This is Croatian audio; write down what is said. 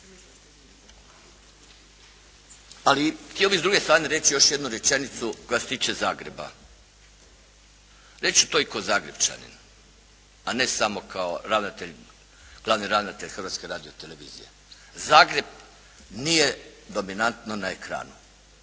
Ali htio bih s druge strane reći još jednu rečenicu koja se tiče Zagreba. Reći ću to i kao Zagrepčanin. A ne samo kao ravnatelj, glavni ravnatelj Hrvatske radiotelevizije. Zagreb nije dominantno na ekranu.